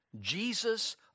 Jesus